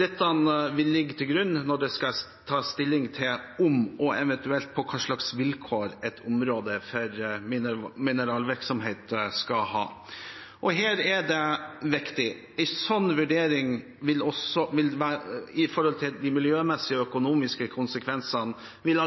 Dette vil ligge til grunn når det skal tas stilling til om man skal ha mineralvirksomhet og eventuelt hva slags vilkår et område skal ha. Det som er viktig her, er at en vurdering av de miljømessige og økonomiske konsekvensene vil